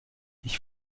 ich